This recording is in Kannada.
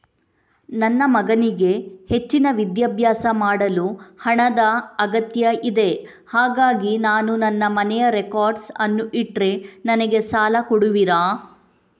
ನನ್ನ ಮಗನಿಗೆ ಹೆಚ್ಚಿನ ವಿದ್ಯಾಭ್ಯಾಸ ಮಾಡಲು ಹಣದ ಅಗತ್ಯ ಇದೆ ಹಾಗಾಗಿ ನಾನು ನನ್ನ ಮನೆಯ ರೆಕಾರ್ಡ್ಸ್ ಅನ್ನು ಇಟ್ರೆ ನನಗೆ ಸಾಲ ಕೊಡುವಿರಾ?